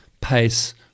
pace